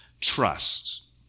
trust